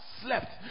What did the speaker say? Slept